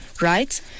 right